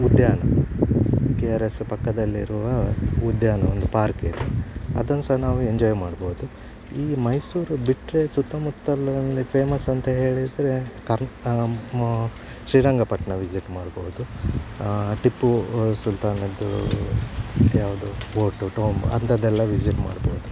ಉದ್ಯಾನ K R S ಪಕ್ಕದಲ್ಲೆ ಇರುವ ಉದ್ಯಾನ ಒಂದು ಪಾರ್ಕ್ ಇದೆ ಅದನ್ನು ಸಹ ನಾವು ಎಂಜಾಯ್ ಮಾಡ್ಬೋದು ಈ ಮೈಸೂರು ಬಿಟ್ಟರೆ ಸುತ್ತಮುತ್ತಲಿನಲ್ಲಿ ಫೇಮಸ್ ಅಂತ ಹೇಳಿದರೆ ಕರ್ ಮಾ ಶ್ರೀರಂಗಪಟ್ಟಣ ವಿಝಿಟ್ ಮಾಡ್ಬೋದು ಟಿಪ್ಪು ಸುಲ್ತಾನದ್ದು ಇದು ಯಾವುದು ಫೋರ್ಟು ಟೋಂಬ್ ಅಂಥದ್ದೆಲ್ಲ ವಿಝಿಟ್ ಮಾಡ್ಬೋದು